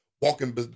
walking